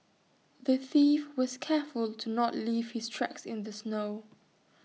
the thief was careful to not leave his tracks in the snow